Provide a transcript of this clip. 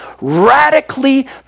radically